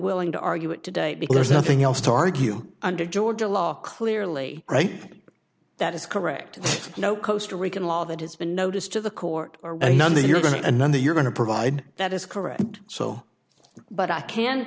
willing to argue it today because there's nothing else to argue under georgia law clearly right that is correct no coaster rican law that has been noticed to the court or something you're going to none that you're going to provide that is correct and so but i can